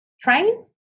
Train